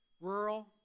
rural